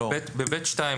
ב-(ב)(2).